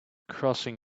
crossing